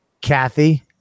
Kathy